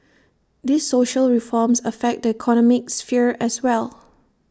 these social reforms affect the economic sphere as well